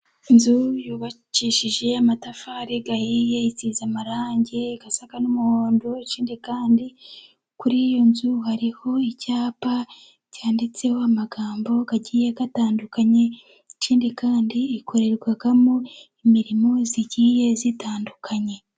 Inzu yubakishije amatafari ahiye, isize amarangi asa n'umuhondo, ikindi kandi kuri iyo nzu hariho icyapa cyanditseho amagambo agiye atandukanye, ikindi kandi ikorerwamo imirimo igiye itandukanye.